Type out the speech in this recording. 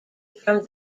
from